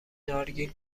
نارگیل